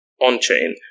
on-chain